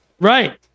Right